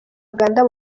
uganda